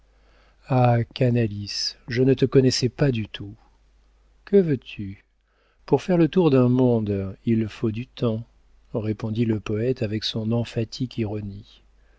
canalis je ne te connaissais pas du tout que veux-tu pour faire le tour d'un monde il faut du temps répondit le poëte avec son emphatique ironie